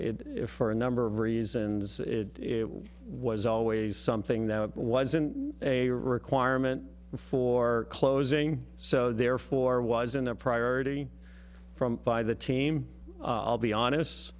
s for a number of reasons it was always something that was in a requirement before closing so therefore wasn't a priority from by the team i'll be honest